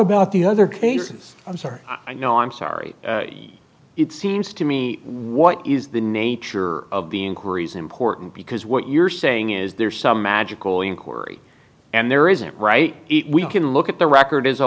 about the other cases i'm sorry i know i'm sorry it seems to me what is the nature of being corey's important because what you're saying is there's some magical inquiry and there isn't right we can look at the record as a